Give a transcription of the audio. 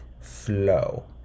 flow